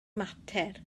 mater